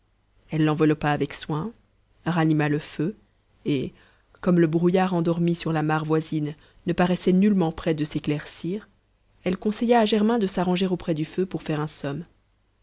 elle l'enveloppa avec soin ranima le feu et comme le brouillard endormi sur la mare voisine ne paraissait nullement près de s'éclaircir elle conseilla à germain de s'arranger auprès du feu pour faire un somme